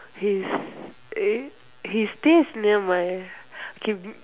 he's eh he stays near my preve